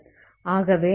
ஆகவே c10 ஆகும்